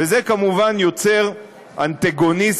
וזה כמובן יוצר אנטגוניזם